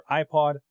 iPod